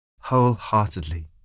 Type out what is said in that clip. wholeheartedly